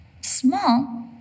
small